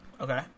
Okay